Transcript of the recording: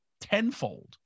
tenfold